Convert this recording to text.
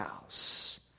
house